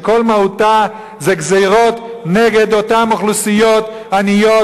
שכל מהותה זה גזירות נגד אותן אוכלוסיות עניות,